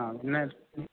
ആ പിന്നെ